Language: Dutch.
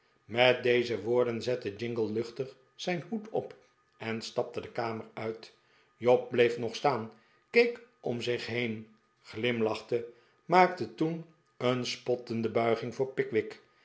met deze woorden zette jingle luchtig zijn hoed op en stapte de kamer uit job bleef nog staan keek om zich heen glimlachte maakte toen een spottende bulging voor